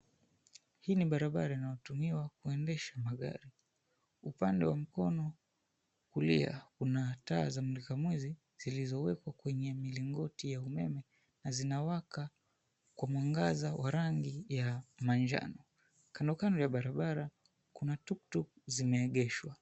Hii ni barabara inayotumiwa kuendesha magari upande wa mkono wa kulia kuna taa za mulika mwizi zilizoweka kwa mlingoti wa umeme waka kwa mwangaza wa rangi ya njano kando kando ya barabara kuna tuktuk zimeegeshwa.